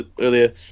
earlier